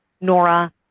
Nora